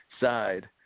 side